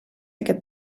aquest